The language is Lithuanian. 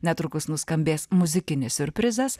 netrukus nuskambės muzikinis siurprizas